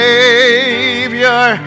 Savior